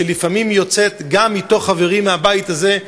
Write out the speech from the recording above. שלפעמים יוצאת גם מקרב חברים מהבית הזה,